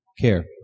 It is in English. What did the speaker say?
care